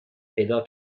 پیدا